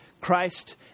Christ